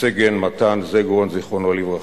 וסגן מתן זגרון, זיכרונם לברכה.